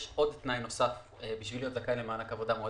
ויש תנאי נוסף בשביל להיות זכאי למענק עבודה מועדפת,